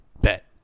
bet